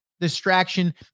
distraction